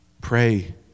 pray